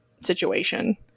situation